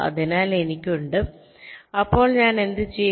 അതിനാൽ എനിക്കുണ്ട് അപ്പോൾ ഞാൻ എന്ത് ചെയ്യും